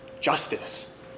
Justice